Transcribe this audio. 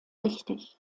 richtig